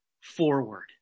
forward